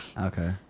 Okay